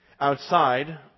Outside